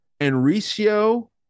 Enrico